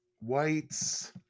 Whites